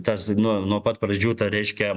tas nu nuo pat pradžių tai reiškia